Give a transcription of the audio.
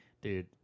dude